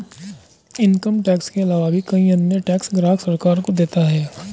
income tax के आलावा भी कई अन्य टैक्स ग्राहक सरकार को देता है